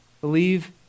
Believe